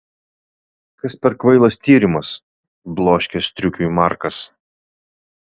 kas per kvailas tyrimas bloškė striukiui markas